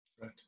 right